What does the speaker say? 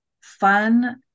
fun